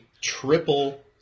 triple